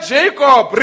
Jacob